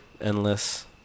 endless